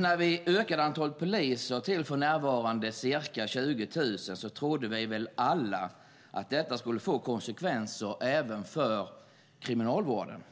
När vi ökade antalet poliser till för närvarande ca 20 000 trodde vi väl alla att detta skulle få konsekvenser även för Kriminalvården.